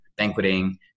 banqueting